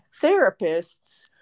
therapists